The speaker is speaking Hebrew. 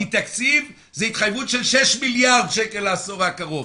כי תקציב זה התחייבות של 6 מיליארד שקל לעשור הקרוב.